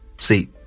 See